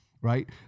Right